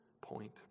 point